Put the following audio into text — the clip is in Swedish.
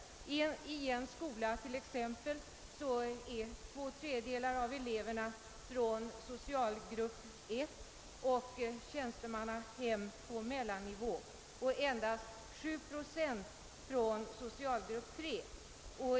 I en skola till exempel är två tredjedelar av eleverna från <socialgrupp 1 och tjänstemannahem på mellanivå och endast 7 procent från socialgrupp 3.